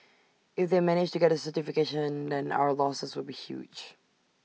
if they managed to get the certification then our losses would be huge